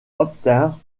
obtinrent